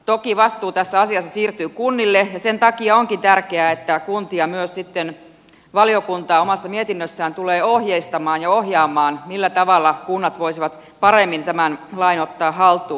toki vastuu tässä asiassa siirtyy kunnille ja sen takia onkin tärkeää että valiokunta myös sitten omassa mietinnössään tulee ohjeistamaan ja ohjaamaan kuntia siinä millä tavalla kunnat voisivat paremmin tämän lain ottaa haltuun